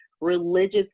religious